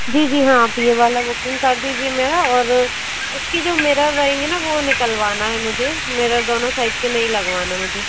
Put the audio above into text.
जी जी हाँ आप ये वाला बुकिंग कर दीजिए मेरा और इसके जो मिरर रहेंगे न वो निकलवाना है मुझे मिरर दोनों साइड के नहीं लगवाना मुझे